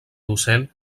docent